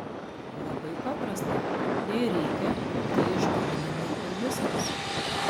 labai paprasta jei reikia tai išbanini ir viskas